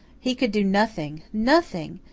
he could do nothing nothing!